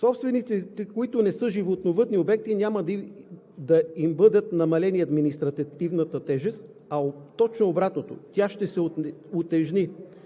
собствениците, които не са животновъдни обекти, няма да им бъде намалена административната тежест, а точно обратното – тя ще се утежни.